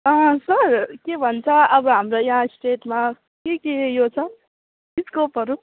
sir के भन्छ अब हाम्रो यहाँ स्टेटमा के के उयो छ स्कोपहरू